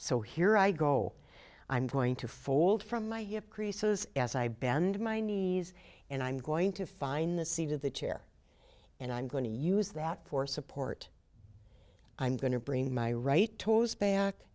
so here i go i'm going to fold from my hip creases as i bend my knees and i'm going to find the seat of the chair and i'm going to use that for support i'm going to bring my right toes ba